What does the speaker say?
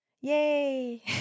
yay